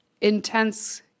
intense